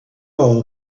all